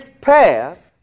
path